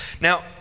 Now